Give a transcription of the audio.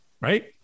right